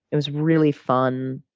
it was really fun.